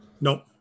Nope